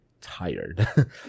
tired